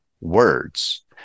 words